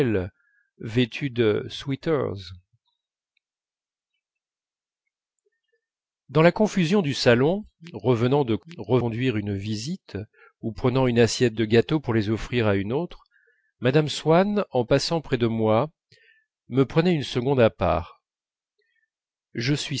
vêtues de sweaters dans la confusion du salon revenant de reconduire une visite ou prenant une assiette de gâteaux pour les offrir à une autre mme swann en passant près de moi me prenait une seconde à part je suis